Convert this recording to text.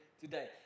today